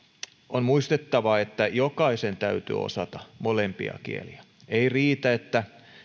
on muistettava että jokaisen täytyy osata molempia kieliä ei riitä että